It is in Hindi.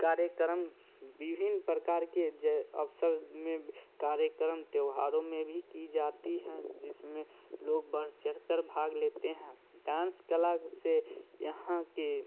कार्यक्रम विभिन्न प्रकार के जो अवसर में कार्यक्रम त्यौहारों में भी की जाते हैं जिसमें लोग बढ़ चढ़ कर भाग लेते हैं डांस कला से यहाँ के